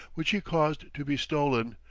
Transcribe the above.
which he caused to be stolen,